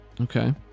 Okay